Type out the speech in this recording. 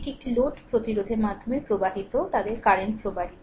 এটি একটি লোড প্রতিরোধের মাধ্যমে প্রবাহিত তাদের কারেন্ট প্রবাহ